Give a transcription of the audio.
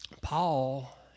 Paul